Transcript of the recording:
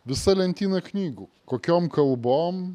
visa lentyna knygų kokiom kalbom